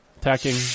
attacking